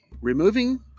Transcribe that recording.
Removing